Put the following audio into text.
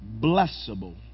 blessable